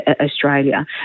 Australia